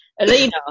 Alina